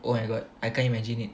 oh my god I can't imagine it